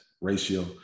ratio